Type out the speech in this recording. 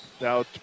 Now